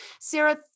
Sarah